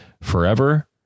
forever